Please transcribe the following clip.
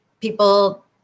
people